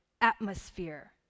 atmosphere